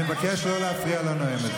אני אבקש לא להפריע לנואמת,